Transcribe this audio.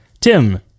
Tim